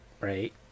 right